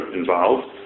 involved